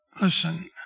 listen